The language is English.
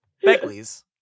Begley's